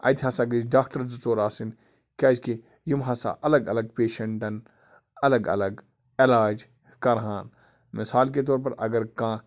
اَتہِ ہَسا گٔژھۍ ڈاکٹر زٕ ژور آسٕنۍ کیٛازکہِ یِم ہَسا اَلگ اَلگ پیشنٛٹَن اَلگ اَلگ علاج کَرہَن مِثال کے طور پَر اگر کانٛہہ